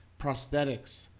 prosthetics